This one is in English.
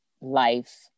life